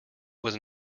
was